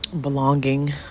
belonging